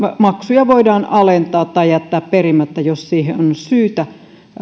maksuja voidaan alentaa tai jättää perimättä jos siihen on syytä